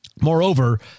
Moreover